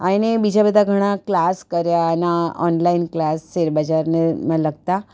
એણે બીજા બધા ઘણા ક્લાસ કર્યા ના ઓનલાઇન ક્લાસ શેરબજારને લગતા